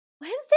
Wednesday